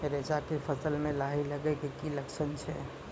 रैचा के फसल मे लाही लगे के की लक्छण छै?